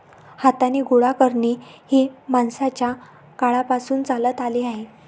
हाताने गोळा करणे हे माणसाच्या काळापासून चालत आले आहे